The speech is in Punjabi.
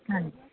ਹਾਂਜੀ